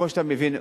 כמו שאתה מבין,